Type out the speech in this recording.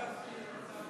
יש תזכיר חוק.